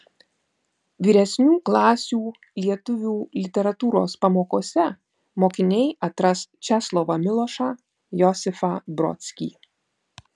vyresnių klasių lietuvių literatūros pamokose mokiniai atras česlovą milošą josifą brodskį